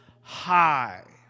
high